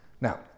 Now